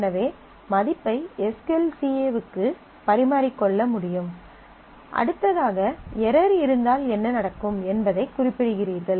எனவே மதிப்பை S Q L C A க்கு பரிமாறிக் கொள்ள முடியும் அடுத்ததாக எரர் இருந்தால் என்ன நடக்கும் என்பதைக் குறிப்பிடுகிறீர்கள்